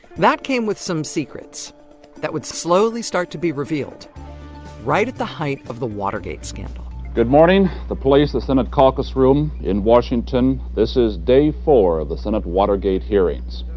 that came with some secrets that would slowly start to be revealed right at the height of the watergate scandal good morning. the place the senate caucus room in washington, this is day four of the senate watergate hearings.